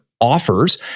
offers